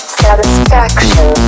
satisfaction